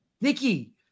Nikki